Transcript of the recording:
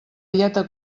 dieta